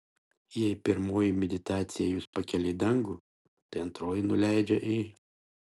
jei pirmoji meditacija jus pakelia į dangų tai antroji nuleidžia į